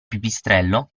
pipistrello